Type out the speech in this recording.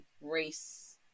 race